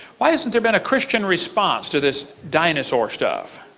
why hasn't there been a christian response to this dinosaur stuff?